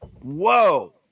Whoa